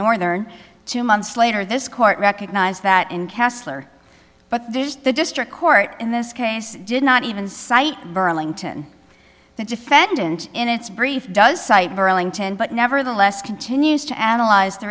northern two months later this court recognized that in kessler but the district court in this case did not even cite burlington the defendant in its brief does cite burlington but nevertheless continues to analyze the